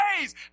days